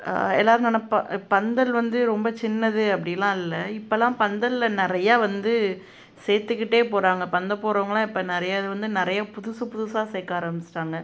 எல்லாரும் நினப்பா பந்தல் வந்து ரொம்ப சின்னது அப்படிலாம் இல்லை இப்போல்லாம் பந்தல்ல நிறையா வந்து சேர்த்துக்கிட்டே போகிறாங்க பந்தல் போடுறவங்களாம் இப்போ நிறையா இது வந்து நிறையா புதுசு புதுசாக சேர்க்க ஆரமிச்சிட்டாங்கள்